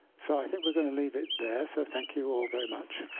so i think we're going to leave it there. so thank you all very much.